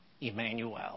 Emmanuel